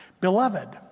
Beloved